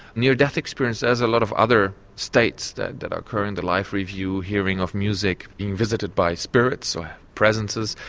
near-death experience has a lot of other states that that occur and the life review, hearing of music, being visited by spirits or presences,